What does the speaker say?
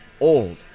old